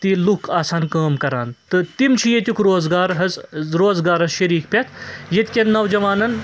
لوٗکھ آسہٕ ہان کٲم کران تہٕ تِم چھِ ییٚیٛک روزگار حظ روزگارَس شریٖک پٮ۪تھ ییٚتکیٚن نوجوانَن